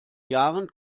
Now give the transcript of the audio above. jahren